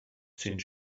since